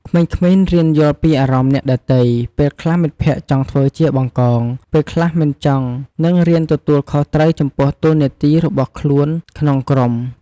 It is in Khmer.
ក្មេងៗរៀនយល់ពីអារម្មណ៍អ្នកដទៃ ពេលខ្លះមិត្តភក្តិចង់ធ្វើជាបង្កង ពេលខ្លះមិនចង់ និងរៀនទទួលខុសត្រូវចំពោះតួនាទីរបស់ខ្លួនក្នុងក្រុម។